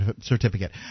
certificate